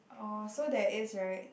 oh so there is [right]